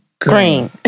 Green